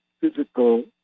physical